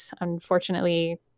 unfortunately